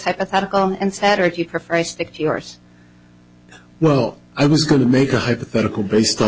hypothetical and setter if you prefer i stick to yours well i was going to make a hypothetical